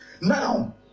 Now